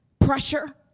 pressure